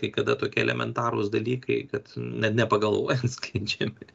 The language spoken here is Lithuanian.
kai kada tokie elementarūs dalykai kad net nepagalvojant skleidžiami